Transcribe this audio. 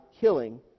killing